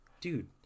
dude